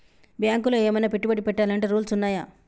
బ్యాంకులో ఏమన్నా పెట్టుబడి పెట్టాలంటే రూల్స్ ఉన్నయా?